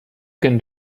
can